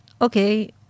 okay